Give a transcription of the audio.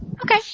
Okay